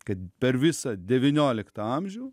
kad per visą devynioliktą amžių